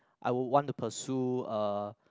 I would want to pursue uh